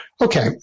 okay